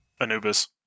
Anubis